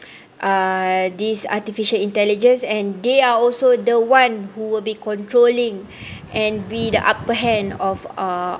uh this artificial intelligence and they are also the one who will be controlling and be the upper hand of uh